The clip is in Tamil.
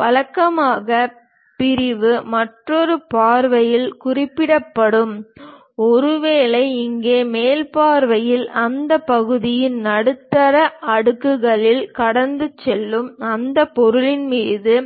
வழக்கமாக பிரிவு மற்றொரு பார்வையில் குறிப்பிடப்படும் ஒருவேளை இங்கே மேல் பார்வையில் அந்த பகுதியின் நடுத்தர அடுக்குகளில் கடந்து செல்லும் அந்த பொருளின் மீது